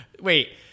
wait